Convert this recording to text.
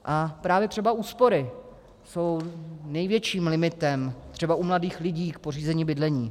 A právě třeba úspory jsou největším limitem třeba u mladých lidí k pořízení bydlení.